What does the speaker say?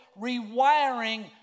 rewiring